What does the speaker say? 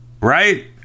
right